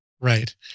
Right